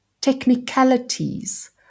technicalities